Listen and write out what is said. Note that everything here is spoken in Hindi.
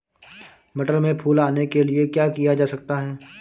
मटर में फूल आने के लिए क्या किया जा सकता है?